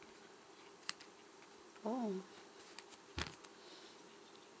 oh